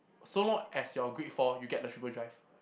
so long as your grade four you get the triple drive